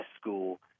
school